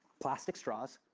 plastic straws.